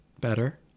Better